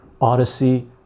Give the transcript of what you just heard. odyssey